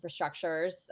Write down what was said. infrastructures